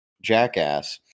jackass